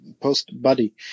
post-body